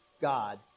God